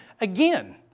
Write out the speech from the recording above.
again